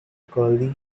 curly